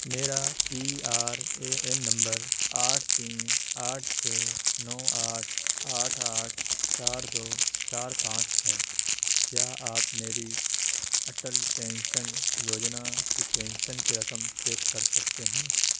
میرا P R A N نمبر آٹھ تین آٹھ چھ نو آٹھ آٹھ آٹھ چار دو چار پانچ ہے کیا آپ میری اٹل پینشن یوجنا کی پینشن کی رقم چیک کر سکتے ہیں